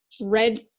Red